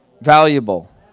valuable